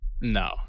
no